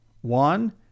One